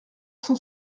cent